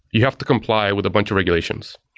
you have to comply with a bunch of regulations.